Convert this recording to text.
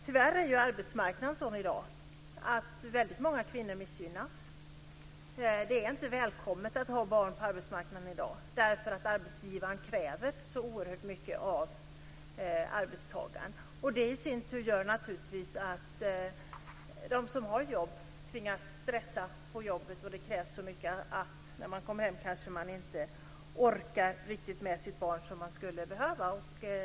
Tyvärr är arbetsmarknaden sådan i dag att väldigt många kvinnor missgynnas. Det är inte välkommet att ha barn på arbetsmarknaden i dag, för arbetsgivaren kräver så oerhört mycket av arbetstagaren. Det i sin tur gör att de som har jobb tvingas stressa på jobbet. Det krävs så mycket att man kanske inte riktigt orkar med sitt barn när man kommer hem.